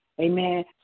amen